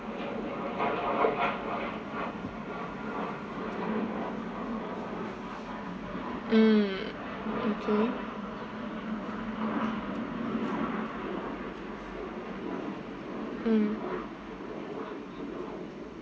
mm okay mm